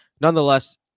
Nonetheless